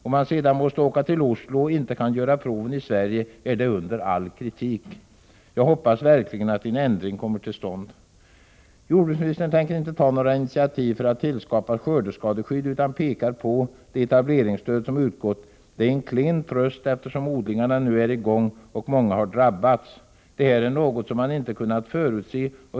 Att man sedan måste åka till Oslo och inte kan göra proven i Sverige är under all kritik. Jag hoppas verkligen att en ändring kommer till stånd. Jordbruksministern tänker inte ta några initiativ för att tillskapa skördeskadeskydd utan pekar på det etableringsstöd som utgått. Det är en klen tröst, eftersom odlingarna nu är i gång och många har drabbats. Det här är något som man inte kunnat förutse.